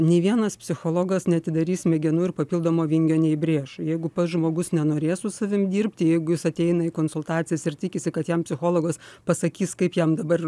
nei vienas psichologas neatidarys smegenų ir papildomo vingio neįbrėš jeigu pats žmogus nenorės su savim dirbti jeigu jis ateina į konsultacijas ir tikisi kad jam psichologas pasakys kaip jam dabar